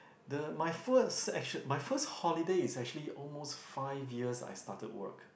the my first actually my first holiday is actually almost five years I started work